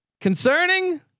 concerning